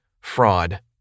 fraud